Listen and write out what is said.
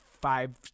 five